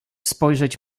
spojrzeć